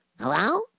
Hello